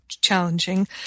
Challenging